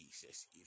jesus